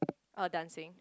uh dancing